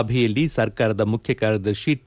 ಸಭೆಯಲ್ಲಿ ಸರ್ಕಾರದ ಮುಖ್ಯ ಕಾರ್ಯದರ್ಶಿ ಟಿ